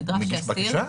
נדרש שאסיר --- יגיש בקשה?